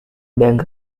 bank